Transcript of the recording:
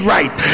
right